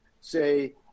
say